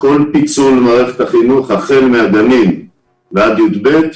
כל פיצול מערכת החינוך החל מהגנים ועד יב'